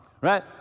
Right